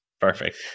Perfect